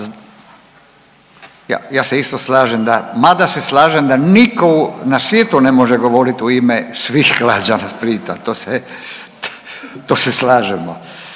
ja se isto slažem da, mada se slažem da nitko na svijetu ne može govoriti u ime svih građana Splita, to se slažemo,